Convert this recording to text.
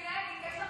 כל הצופים